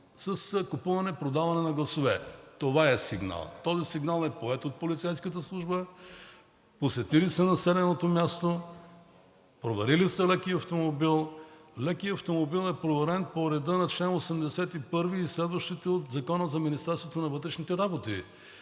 – купуване-продаване на гласове. Това е сигналът. Този сигнал е поет от полицейската служба, посетили са населеното място, проверили са лекия автомобил. Лекият автомобил е проверен по реда на чл. 81 и следващите от Закона за Министерството на вътрешните работи,